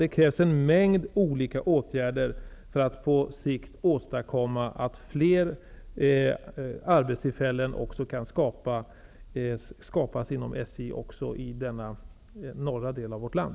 Det krävs alltså en mängd olika åtgärder för att på sikt åstadkomma att fler arbetstillfällen kan skapas också inom SJ och då även i den norra delen av vårt land.